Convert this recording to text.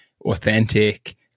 authentic